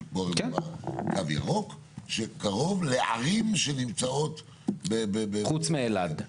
של פה קו ירוק שקרוב לערים שנמצאות ב --- חוץ מאלעד.